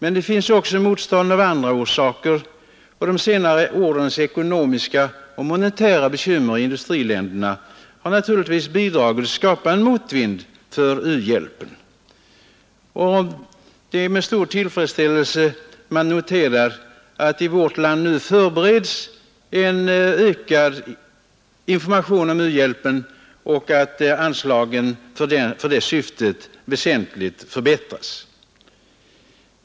Men det finns också motstånd av andra orsaker, och de senare årens ekonomiska och monetära bekymmer i industriländerna har naturligtvis bidragit till att skapa motvind för u-hjälpen. Det är med stor tillfredsställelse man noterar att det i vårt land nu förbereds en ökad information om u-hjälpen och att anslagen för det syftet väsentligt förbättrats.